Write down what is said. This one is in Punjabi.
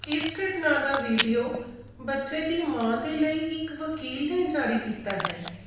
ਇਸ ਘਟਨਾ ਦਾ ਵੀਡੀਓ ਬੱਚੇ ਦੀ ਮਾਂ ਦੇ ਲਈ ਇੱਕ ਵਕੀਲ ਨੇ ਜਾਰੀ ਕੀਤਾ ਹੈ